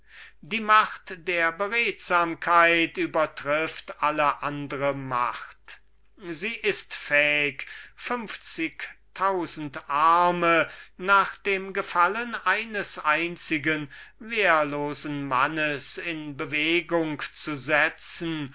die macht der beredsamkeit übertrifft alle andre macht sie ist fähig fünfzigtausend arme nach dem gefallen eines einzigen wehrlosen mannes in bewegung zu setzen